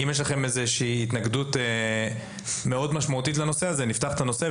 אם יש לכם איזושהי התנגדות מאוד משמעותית לנושא הזה,